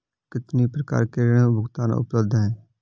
कितनी प्रकार के ऋण भुगतान उपलब्ध हैं?